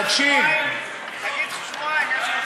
תגיד שבועיים.